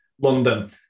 London